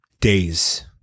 Days